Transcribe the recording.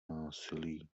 násilí